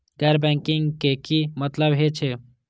गैर बैंकिंग के की मतलब हे छे?